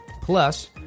plus